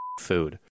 food